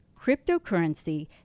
cryptocurrency